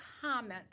comment